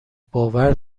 باور